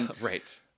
Right